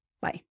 Bye